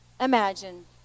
imagine